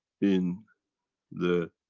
in the